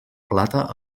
plata